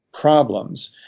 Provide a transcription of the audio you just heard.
problems